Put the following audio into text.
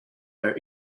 are